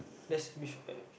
there's b~